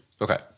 Okay